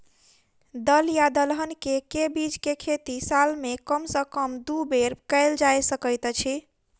दल या दलहन केँ के बीज केँ खेती साल मे कम सँ कम दु बेर कैल जाय सकैत अछि?